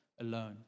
alone